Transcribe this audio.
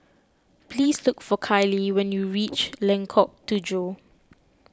please look for Kylie when you reach Lengkok Tujoh